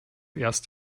erst